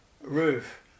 roof